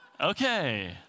Okay